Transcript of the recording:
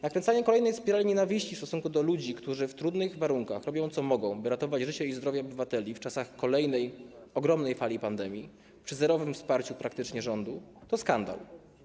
Nakręcanie kolejnej spirali nienawiści w stosunku do ludzi, którzy w trudnych warunkach robią, co mogą, by ratować życie i zdrowie obywateli w czasach kolejnej, ogromnej fali pandemii, przy praktycznie zerowym wsparciu rządu, to skandal.